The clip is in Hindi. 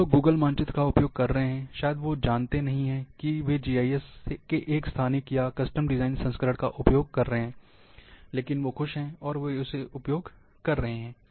जो लोग गूगल मानचित्र का उपयोग कर रहे हैं शायद वो नहीं जानते कि वे जीआईएस के एक स्थानिक या कस्टम डिज़ाइन संस्करण का उपयोग कर रहे हैं लेकिन वे खुश हैं और वे इसे उपयोग कर रहे हैं